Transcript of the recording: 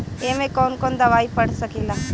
ए में कौन कौन दवाई पढ़ सके ला?